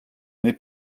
n’aie